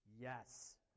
yes